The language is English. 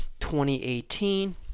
2018